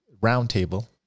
roundtable